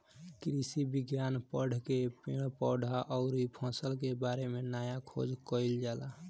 कृषि विज्ञान पढ़ के पेड़ पौधा अउरी फसल के बारे में नया खोज कईल जाला